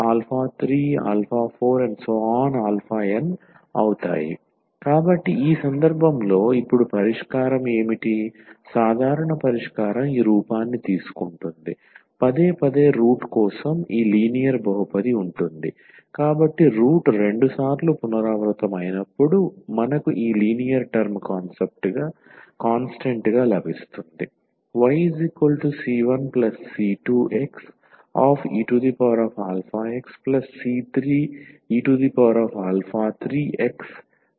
కాబట్టి ఈ సందర్భంలో ఇప్పుడు పరిష్కారం ఏమిటి సాధారణ పరిష్కారం ఈ రూపాన్ని తీసుకుంటుంది పదేపదే రూట్ కోసం ఈ లీనియర్ బహుపది ఉంటుంది కాబట్టి రూట్ 2 సార్లు పునరావృతం అయినప్పుడు మనకు ఈ లీనియర్ టర్మ్ కాన్స్టెంట్ గా లభిస్తుంది